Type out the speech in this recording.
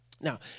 Now